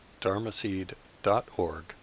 dharmaseed.org